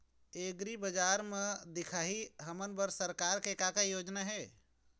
एग्रीबजार म दिखाही हमन बर सरकार के का योजना हे?